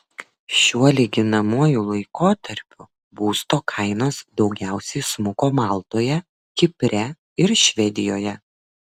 šiuo lyginamuoju laikotarpiu būsto kainos daugiausiai smuko maltoje kipre ir švedijoje